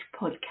podcast